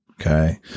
okay